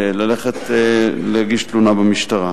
להגיש תלונה למשטרה.